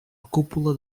cúpula